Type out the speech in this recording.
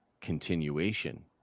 continuation